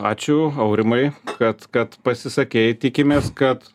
ačiū aurimai kad kad pasisakei tikimės kad